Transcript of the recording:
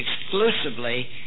exclusively